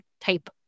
type